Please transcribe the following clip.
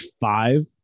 five